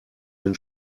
den